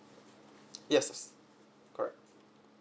yes correct